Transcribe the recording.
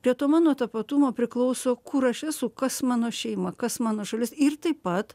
prie to mano tapatumo priklauso kur aš esu kas mano šeima kas mano šalis ir taip pat